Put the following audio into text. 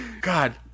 God